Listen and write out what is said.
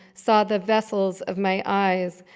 saw the vessels of my eyes.